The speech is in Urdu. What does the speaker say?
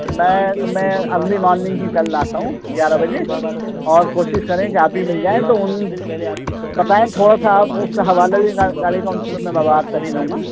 میں میں ارلی مارننگ ہی کل آتا ہوں گیارہ بجے اور کوشش کریں کہ آپ بھی مل جائیں تو ان بتائیں تھوڑا سا آپ اس کا حوالہ دیں گاڑی کا ان سے میں بات کر ہی لوں گا